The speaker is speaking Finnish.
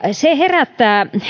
se herättää